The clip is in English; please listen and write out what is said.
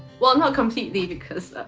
well, not completely because